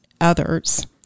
others